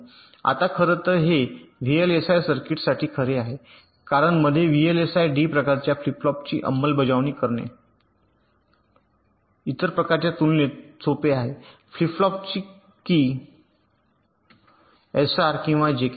आता खरं तर हे व्हीएलएसआय सर्किट्ससाठी खरे आहे कारण मध्ये व्हीएलएसआय डी प्रकारच्या फ्लिप फ्लॉपची अंमलबजावणी करणे इतर प्रकारच्या प्रकारच्या तुलनेत सोपे आहे फ्लिप फ्लॉप की एसआर किंवा जेके